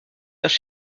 vient